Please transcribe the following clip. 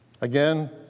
again